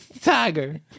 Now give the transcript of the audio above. Tiger